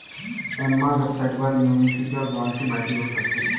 Emma वेबसाइटवर municipal बाँडची माहिती मिळू शकते